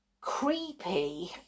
creepy